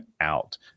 out